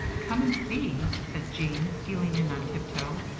come and see said jean, stealing in on tiptoe.